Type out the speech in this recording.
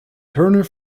turner